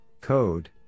code